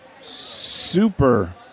super